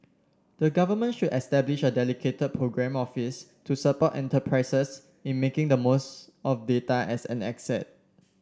the Government should establish a dedicated programme office to support enterprises in making the most of data as an asset